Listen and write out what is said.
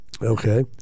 Okay